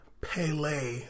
Pele